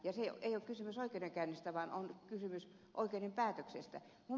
ei ole kysymys oikeudenkäynnistä vaan oikeuden päätöksestä